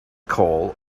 call